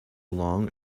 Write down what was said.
long